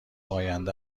آینده